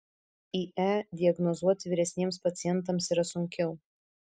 ie diagnozuoti vyresniems pacientams yra sunkiau